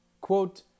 quote